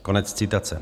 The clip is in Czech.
Konec citace.